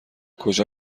کجا